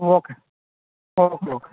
okay okay okay